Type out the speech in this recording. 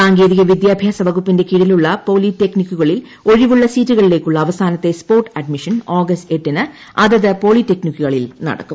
സാങ്കേതിക വിദ്യാഭ്യാസ വകുപ്പിന്റെ കീഴിലുള്ള പോളിടെക്നിക്കുകളിൽ ഒഴിവുള്ള സീറ്റുകളിലേക്കുള്ള അവസാനത്തെ സ്പോട്ട് അഡ്മിഷൻ ആഗസ്റ്റ് എട്ടിന് അതത് പോളിടെക്നിക്കുകളിൽ നടക്കും